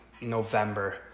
November